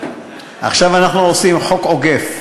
עכשיו אנחנו עושים חוק אוגף.